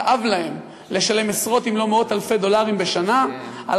כאב להם לשלם עשרות אם לא מאות אלפי דולרים בשנה על